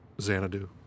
Xanadu